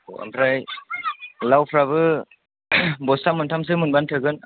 अ ओमफ्राय लावफ्राबो बस्ता मोनथामसो मोनबानो थोगोन